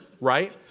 right